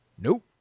Nope